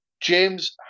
James